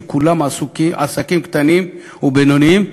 שכולם עסקים קטנים ובינוניים,